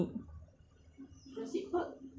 yang dia punya ride yang air tu